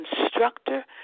instructor